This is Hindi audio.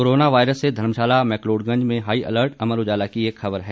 कोरोना वायरस से धर्मशाला मैकलोड़गंज में हाई अलर्ट अमर उजाला की एक खबर है